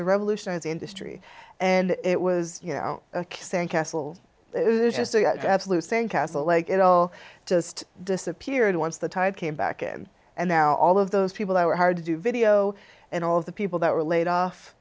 to revolutionize the industry and it was a key sandcastle absolute saying castle like it all just disappeared once the tide came back in and now all of those people who were hired to do video and all of the people that were laid off